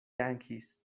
yankees